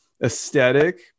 Aesthetic